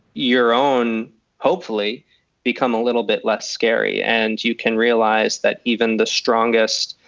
your own hopefully become a little bit less scary. and you can realize that even the strongest,